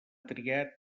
triat